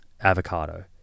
avocado